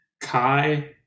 kai